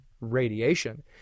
radiation